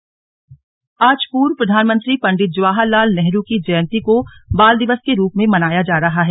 बाल दिवस आज पूर्व प्रधानमंत्री पंडित जवाहर लाल नेहरू की जयंती को बाल दिवस के रूप में मनाया जा रहा है